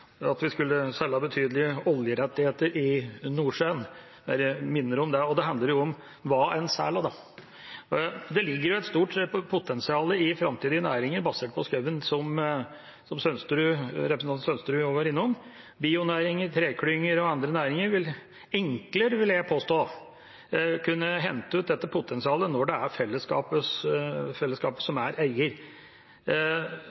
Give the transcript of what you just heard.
at vi skulle selge betydelige oljerettigheter i Nordsjøen. Jeg minner om det. Det handler jo om hva en selger. Det ligger et stort potensial i framtidige næringer basert på skauen, som representanten Sønsterud òg var innom, som bionæringer, treklynger og andre næringer, som jeg vil påstå enklere kunne hente ut dette potensialet når det er fellesskapet som